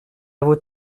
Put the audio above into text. vos